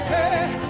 Hey